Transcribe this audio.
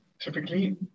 typically